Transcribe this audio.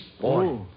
Boy